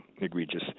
egregious